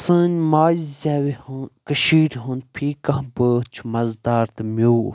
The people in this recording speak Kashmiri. سٲنۍ ماجہِ زیٚوِ ہُند کٔشیٖرِ ہُند فی کانٛہہ بٲتھ چھُ مزٕدار تہٕ میوٗٹھ